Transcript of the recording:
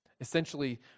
Essentially